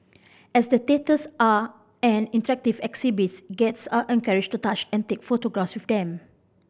as the statues are an interactive exhibit guests are encouraged to touch and take photographs with them